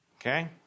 Okay